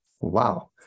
Wow